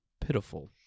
pitiful